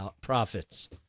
profits